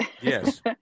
Yes